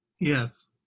Yes